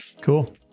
cool